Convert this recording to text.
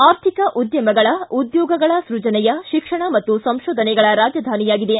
ಆರ್ಥಿಕ ಉದ್ದಮಗಳ ಉದ್ದೋಗಳ ಸೃಜನೆಯ ಶಿಕ್ಷಣ ಹಾಗೂ ಸಂಶೋಧನೆಗಳ ರಾಜಧಾನಿಯಾಗಿದೆ